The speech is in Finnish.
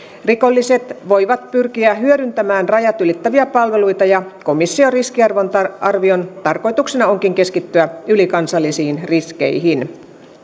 rikolliset voivat pyrkiä hyödyntämään rajat ylittäviä palveluita ja komission riskiarvion tarkoituksena onkin keskittyä ylikansallisiin riskeihin